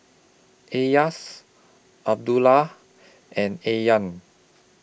Elyas Abdullah and Aryan